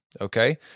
Okay